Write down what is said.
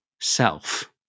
self